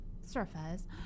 surface